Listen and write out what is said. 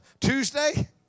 Tuesday